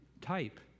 type